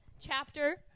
chapter